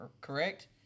correct